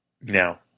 Now